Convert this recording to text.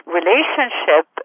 relationship